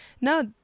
No